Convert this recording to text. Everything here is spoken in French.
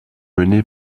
menée